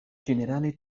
ĝenerale